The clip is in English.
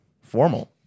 formal